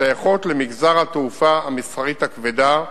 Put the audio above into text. שייכות למגזר התעופה המסחרית הכבדה,